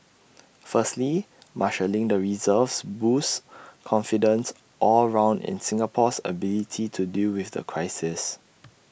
firstly marshalling the reserves boosts confidence all round in Singapore's ability to deal with the crisis